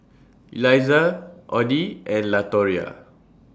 Eliza Oddie and Latoria